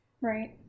Right